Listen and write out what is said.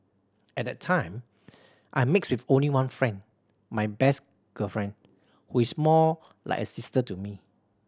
at that time I mixed with only one friend my best girlfriend who is more like a sister to me